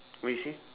what you say